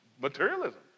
materialism